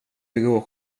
begå